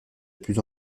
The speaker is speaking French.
plus